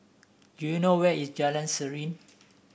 do you know where is Jalan Serene